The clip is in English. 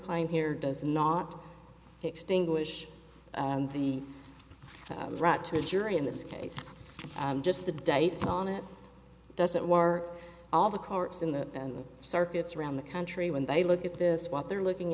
claim here does not extinguish the right to a jury in this case just the dates on it doesn't war all the courts in the circuits around the country when they look at this what they're looking